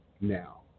now